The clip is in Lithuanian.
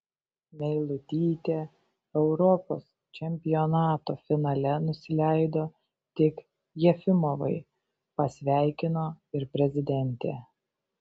meilutytė europos čempionato finale nusileido tik jefimovai pasveikino ir prezidentė